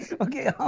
Okay